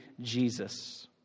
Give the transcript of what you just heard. Jesus